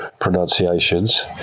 pronunciations